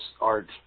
art